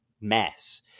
mess